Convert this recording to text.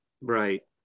right